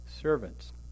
servants